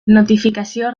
notificació